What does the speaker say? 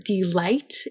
delight